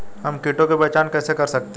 हम कीटों की पहचान कैसे कर सकते हैं?